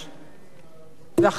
החנויות הקטנות גם הן,